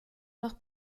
noch